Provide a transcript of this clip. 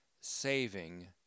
saving